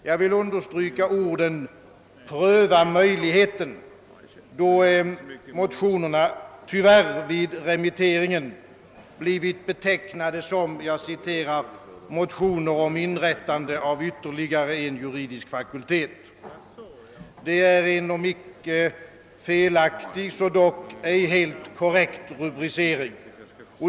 Jag vill understryka orden »pröva möjligheten», då motionerna tyvärr vid remitteringen blivit betecknade som »motioner om inrättande av ytterligare en juridisk fakultet». Det är en om icke felaktig så dock ej helt korrekt rubricering.